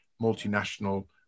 multinational